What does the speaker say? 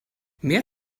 mehr